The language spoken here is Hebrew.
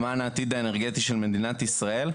למען העתיד האנרגטי של מדינת ישראל.